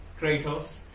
Kratos